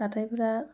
जाथायफोरा